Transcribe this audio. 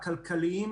הכלכליים